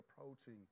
approaching